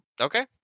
Okay